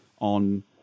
on